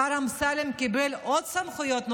השר אמסלם קיבל עוד סמכויות,